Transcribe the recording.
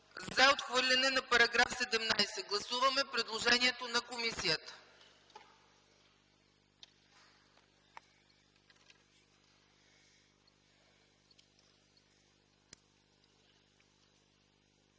за отхвърляне на § 12. Гласуваме предложението на комисията.